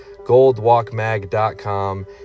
goldwalkmag.com